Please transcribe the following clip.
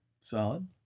solid